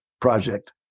project